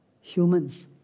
humans